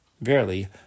Verily